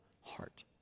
heart